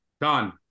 done